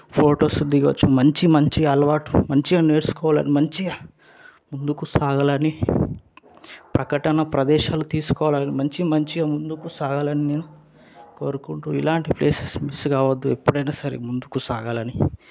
photos దిగవచ్చు మంచి మంచిగా అలవాటు మంచిగా నేర్చుకోవాలని మంచిగా ముందుకు సాగాలని ప్రకటన ప్రదేశాలు తీసుకోవాలి అని మంచి మంచిగా ముందుకు సాగాలని నేను కోరుకుంటు ఇలాంటి ప్లేసెస్ మిస్ కావద్దు ఎప్పుడైనా సరే ముందుకు సాగాలని